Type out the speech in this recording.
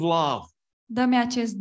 love